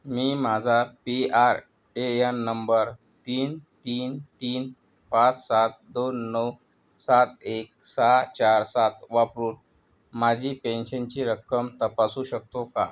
मी माझा P R A N number तीन तीन तीन पाच सात दोन नऊ सात एक सहा चार सात वापरून माझी पेन्शनची रक्कम तपासू शकतो का